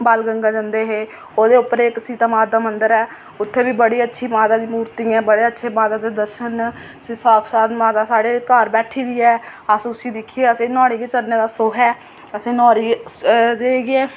बाणगंगा जंदे हे ओह्दे पर इक सीता माता मंदर ऐ उत्थै बड़ी अच्छी माता दी मूर्ति ऐ बड़े अच्छे माता दे दर्शन न उत्थै साक्षात माता साढ़े घर बैठी दी ऐ असेंगी उसी दिक्खियै नुहाड़े गै चरणें दा सुख ऐ असेंगी नुहाड़ी गै